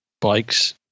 bikes